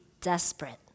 desperate